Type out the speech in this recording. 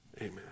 Amen